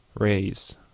raise